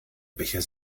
becher